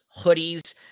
hoodies